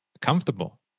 comfortable